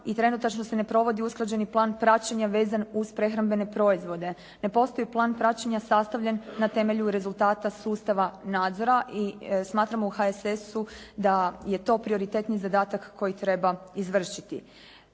i trenutačno se ne provodi usklađeni plan praćenja vezan uz prehrambene proizvode. Ne postoji plan praćenja sastavljen na temelju rezultata sustava nadzora i smatramo u HSS-u da je to prioritetni zadatak koji treba izvršiti.